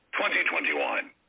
2021